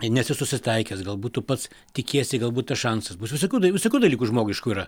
nesi susitaikęs galbūt tu pats tikiesi galbūt tas šansas bus visokių da visokių dalykų žmogiškų yra